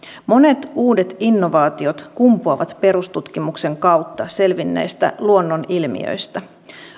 monet uudet innovaatiot kumpuavat perustutkimuksen kautta selvinneistä luonnonilmiöistä